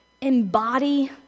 embody